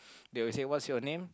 they will say what's your name